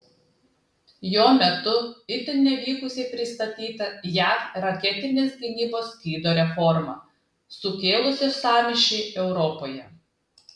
jo metu itin nevykusiai pristatyta jav raketinės gynybos skydo reforma sukėlusį sąmyšį europoje